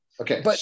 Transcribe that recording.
Okay